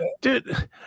Dude